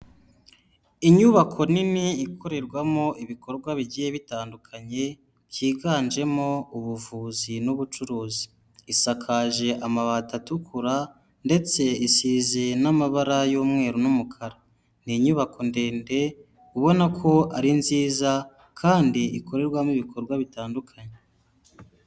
Inyubako nini ikorerwamo ibikorwa bigiye bitandukanye, byiganjemo ubuvuzi n'ubucuruzi. Isakaje amabati atukura ndetse isize n'amabara y'umweru n'umukara. Ni inyubako ndende ubona ko ari nziza kandi ikorerwamo ibikorwa bitandukanye.